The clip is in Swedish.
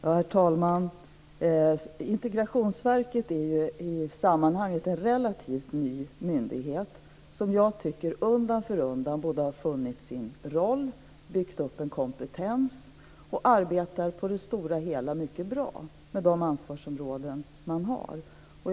Herr talman! Integrationsverket är i sammanhanget en relativt ny myndighet som jag tycker undan för undan har funnit sin roll, byggt upp en kompetens och på det stora hela arbetar mycket bra med de ansvarsområden som man har.